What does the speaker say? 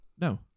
no